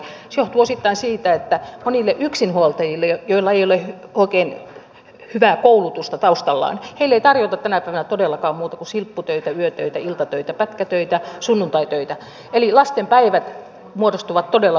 se johtuu osittain siitä että monille yksinhuoltajille joilla ei ole oikein hyvää koulutusta taustallaan ei tarjota tänä päivänä todellakaan muuta kuin silpputöitä yötöitä iltatöitä pätkätöitä sunnuntaitöitä eli lasten päivät muodostuvat todella pitkiksi